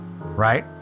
right